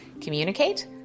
Communicate